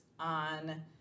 on